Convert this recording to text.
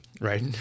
Right